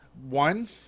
One